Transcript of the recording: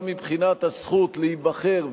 גם מבחינת הזכות להיבחר,